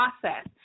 process